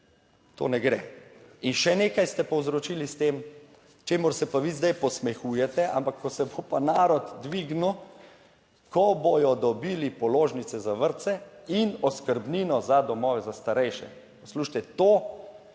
To ne gre. In še nekaj ste povzročili s tem, čemur se pa vi zdaj posmehujete. ampak ko se bo pa narod dvignil ko bodo dobili položnice za vrtce in oskrbnino za domove za starejše. Poslušajte to,